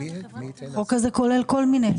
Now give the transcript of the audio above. החוק הזה כולל כל מיני.